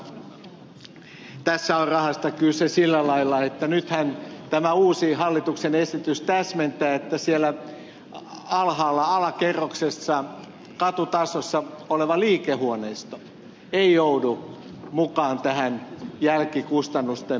todella tässä on rahasta kyse sillä lailla että nythän tämä uusi hallituksen esitys täsmentää että siellä alhaalla alakerroksessa katutasossa oleva liikehuoneisto ei joudu mukaan tähän jälkikustannusten maksuun